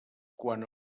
quan